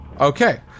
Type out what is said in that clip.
Okay